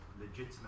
legitimate